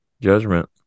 judgment